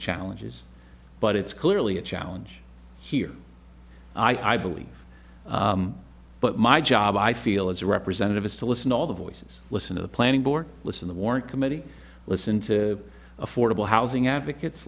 challenges but it's clearly a challenge here i believe but my job i feel as a representative is to listen to all the voices listen to the planning board listen the warrant committee listen to affordable housing advocates